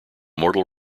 mortal